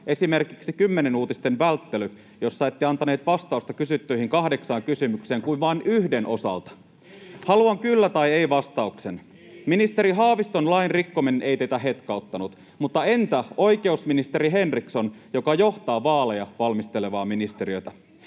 esimerkiksi Kymmenen Uutisten välttely, jossa ette antanut vastausta kysyttyihin kahdeksaan kysymykseen kuin vain yhden osalta. Haluan kyllä tai ei ‑vastauksen: Ministeri Haaviston lain rikkominen ei teitä hetkauttanut, mutta entä oikeusministeri Henriksson, joka johtaa vaaleja valmistelevaa ministeriötä.